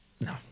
No